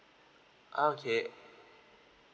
ah okay